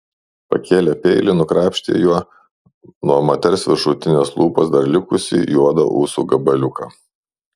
pakėlė peilį nukrapštė juo nuo moters viršutinės lūpos dar likusį juodą ūsų gabaliuką